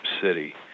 city